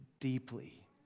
deeply